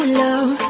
love